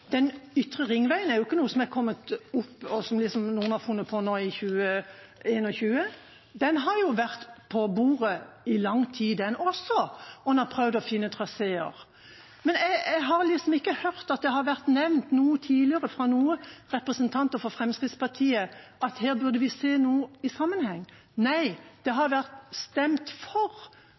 funnet på nå i 2021, den har vært på bordet i lang tid, den også, og en har prøvd å finne traseer. Jeg har ikke hørt at det har vært nevnt noe tidligere fra noen representanter fra Fremskrittspartiet om at her burde vi se noe i sammenheng. Nei, det har vært stemt for